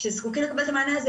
שזקוקים לקבל את המענה הזה.